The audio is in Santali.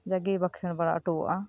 ᱡᱟᱜᱮ ᱵᱟᱸᱠᱷᱮᱬ ᱵᱟᱲᱟ ᱦᱚᱴᱚᱭᱟ